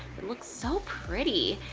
it looks so pretty.